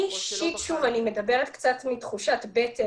אני אישית אני מדברת מתחושת בטן,